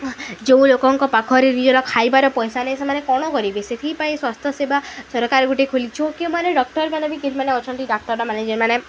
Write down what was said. ଯେଉଁ ଲୋକଙ୍କ ପାଖରେ ନିଜର ଖାଇବାର ପଇସା ନାହିଁ ସେମାନେ କ'ଣ କରିବେ ସେଥିପାଇଁ ସ୍ୱାସ୍ଥ୍ୟ ସେବା ସରକାର ଗୋଟେ ଖୋଲିଚ କେଉଁ ମାନେ ଡକ୍ଟର ମାନବିକ ମାନେ ଅଛନ୍ତି ଡାକ୍ତରମାନେେ ଯେଉଁମାନେ